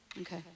Okay